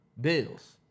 Bills